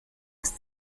ist